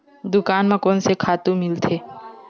दुकान म कोन से खातु मिलथे?